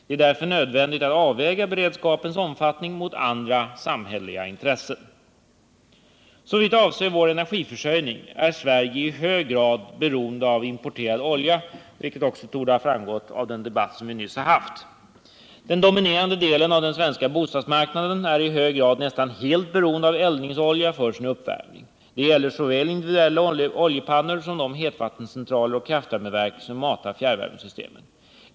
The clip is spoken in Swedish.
Det är därför nödvändigt att avväga beredskapens omfattning mot andra samhälleliga intressen. Såvitt avser vår energiförsörjning är Sverige i hög grad beroende av importerad olja, vilket också torde ha framgått av den debatt vi nyss har haft här i kammaren. Den dominerande delen av den svenska bostadsmarknaden är i dag nästan helt beroende av eldningsolja för sin uppvärmning. Det gäller såväl individuella oljepannor som de hetvattencentraler och kraftvärmeverk som matar fjärrvärmesystemen.